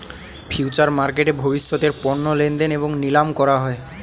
future মার্কেটে ভবিষ্যতের পণ্য লেনদেন এবং নিলাম করা হয়